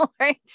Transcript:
Right